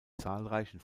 zahlreichen